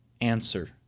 answer